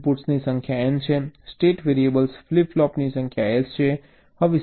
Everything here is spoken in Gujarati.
ઇનપુટ્સની સંખ્યા N છે સ્ટેટ વેરીએબલ્સ ફ્લિપ ફ્લોપની સંખ્યા S છે